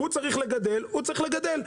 הוא צריך לגדל, והוא צריך לגדל.